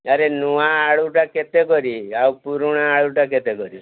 ଆରେ ନୁଆ ଆଳୁଟା କେତେ କରିବି ଆଉ ପୁରୁଣା ଆଳୁଟା କେତେ କରିବି